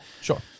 Sure